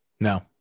no